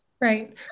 right